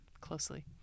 closely